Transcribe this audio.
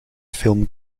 film